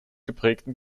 geprägten